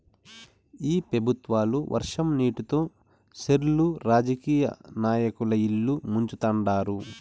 ఈ పెబుత్వాలు వర్షం నీటితో సెర్లు రాజకీయ నాయకుల ఇల్లు ముంచుతండారు